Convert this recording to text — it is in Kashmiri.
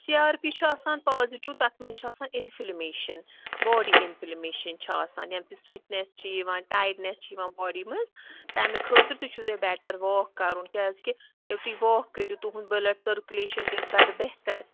سی آر پی چھُ آسان پازِٹِو تَتھ منٛز چھُ آسان اِنفلمیٚشَن باڈی اِنفلمیٚشَن چھِ آسان ییٚمہِ سۭتۍ سویٹنٮ۪س چھِ یِوان ٹایڈنٮ۪س چھِ یِوان باڈی منٛز تَمہِ خٲطرٕ تہِ چھُو تۄہہِ بیٹَر واک کَرُن کیٛازِکہِ ییٚلہِ تُہۍ واک کٔرِو تُہُنٛد بُلَڈ سٔرکُلیٚشَن گژھِ بَڈٕ بہتر